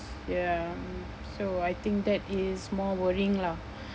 ya mm so I think that is more worrying lah